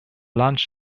lunch